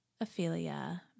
Ophelia